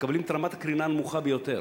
מקבלים את רמת הקרינה הנמוכה ביותר.